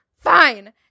Fine